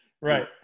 Right